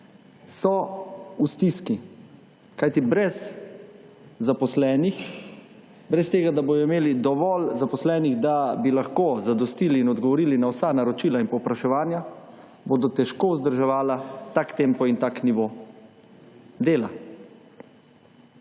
v stiski. Kajti brez zaposlenih, brez tega, da bojo imeli dovolj zaposlenih, da bi lahko zadostili in odgovorili na vsa naročila in povpraševanja, bodo težko vzdrževala tak tempo in tak nivo dela.